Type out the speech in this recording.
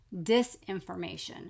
disinformation